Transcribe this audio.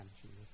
Jesus